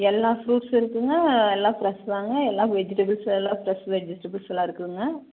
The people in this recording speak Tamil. எல்லா ஃபுரூட்ஸும் இருக்குங்க எல்லாம் ஃப்ரெஷ் தாங்க எல்லாம் வெஜிடபுள்ஸ் எல்லாம் ஃப்ரெஷ் வெஜிடபுள்ஸ் எல்லாம் இருக்குங்க